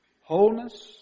Wholeness